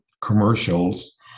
commercials